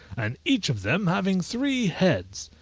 and each of them having three heads.